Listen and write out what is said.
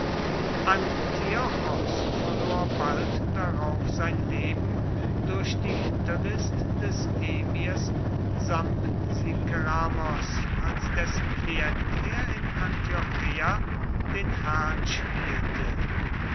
antiochos verlor bald darauf sein leben durch die hinterlist des emirs sampsikeramos als dessen klient er in antiocheia den herrn spielte